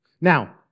Now